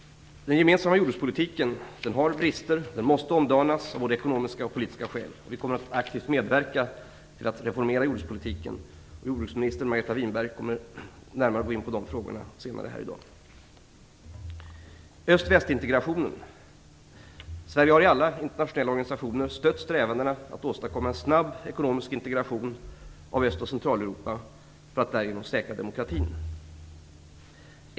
Den gemensamma jordbrukspolitiken har brister och måste omdanas, av både ekonomiska och politiska skäl. Vi kommer att aktivt medverka till att reformera jordbrukspolitiken. Jordbruksminister Margareta Winberg kommer att närmare gå in på de frågorna senare i dag. - Öst-väst-integration: Sverige har i alla internationella organisationer stött strävandena att åstadkomma en snabb ekonomisk integration av Östoch Centraleuropa för att därigenom säkra demokratin.